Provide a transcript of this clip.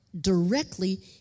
directly